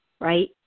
right